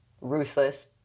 ruthless